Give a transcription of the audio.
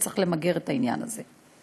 וצריך למגר את העניין הזה.